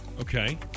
Okay